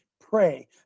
pray